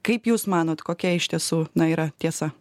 kaip jūs manot kokia iš tiesų na yra tiesa